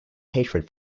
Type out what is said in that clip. hatred